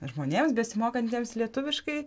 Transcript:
žmonėms besimokantiems lietuviškai